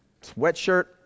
sweatshirt